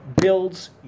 builds